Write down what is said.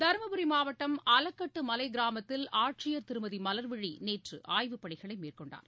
தருமபுரி மாவட்டம் அலகட்டு மலை கிராமத்தில் ஆட்சியர் திருமதி மலர்விழி நேற்று ஆய்வு பணிகளை மேற்கொண்டார்